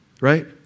right